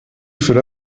cela